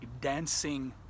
dancing